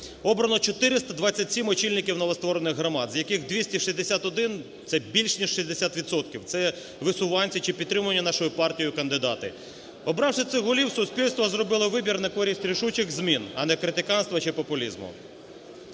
обрано 427 очільників новостворених громад, з яких 261 – це більш ніж 60 відсотків, це висуванці чи підтримувані нашою партією кандидати. Обравши цих голів, суспільство зробило вибір на користь рішучих змін, а не критиканства чи популізму.